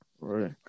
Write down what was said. right